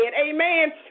Amen